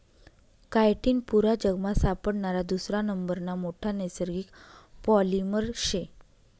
chitin पुरा जगमा सापडणारा दुसरा नंबरना मोठा नैसर्गिक पॉलिमर शे